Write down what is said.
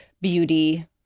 beauty